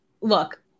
look